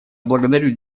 благодарю